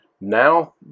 Now